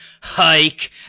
Hike